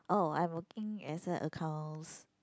oh I'm working as a accounts